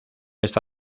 esta